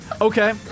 Okay